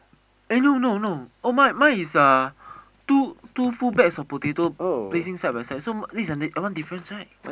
eh no no no oh mine mine is uh two two full bags of potatoes placing side by side so this is one difference right